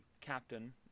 captain